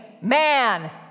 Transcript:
man